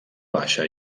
baixa